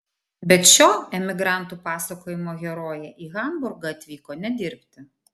bet šio emigrantų pasakojimo herojė į hamburgą atvyko ne dirbti